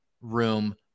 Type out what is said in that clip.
room